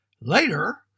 Later